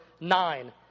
nine